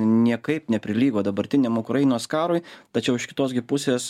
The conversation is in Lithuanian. niekaip neprilygo dabartiniam ukrainos karui tačiau iš kitos gi pusės